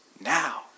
now